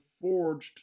forged